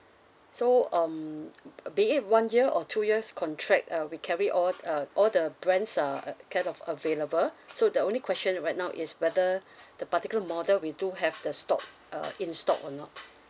so um uh be it one year or two years contract uh we carry all uh all the brands are kind of available so the only question right now is whether the particle model we do have the stock uh in stock or not